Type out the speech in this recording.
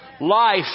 Life